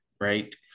right